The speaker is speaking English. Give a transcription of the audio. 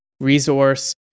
resource